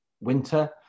winter